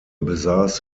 besaß